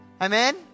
Amen